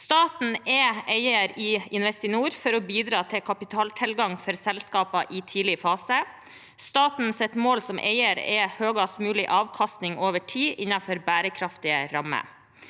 Staten er eier i Investinor for å bidra til kapitaltilgang for selskaper i tidlig fase. Statens mål som eier er høyest mulig avkastning over tid innenfor bærekraftige rammer.